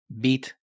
Beat